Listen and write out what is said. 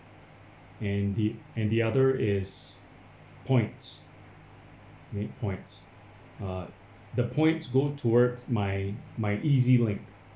and the and the other is points points uh the points go towards my my EZ-link